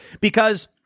because-